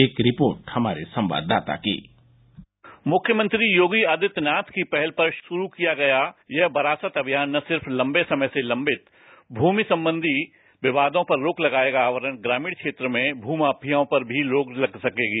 एक रिपोर्ट हमारे संवाददाता कीः मुख्यमंत्री योगी आरित्यनाथ की पहल पर शुरू किया गया यह वरासत अभियान न सिर्फ लंबे समय से लॉबित भूमि संबंधित विवादों पर रोक लगाएगा वरन ग्रामीण क्षेत्र में भू माफियाओं पर भी रोक लग सकेगी